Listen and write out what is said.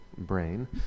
brain